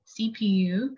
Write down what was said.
CPU